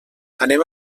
anem